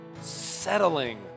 settling